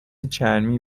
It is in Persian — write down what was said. چرمی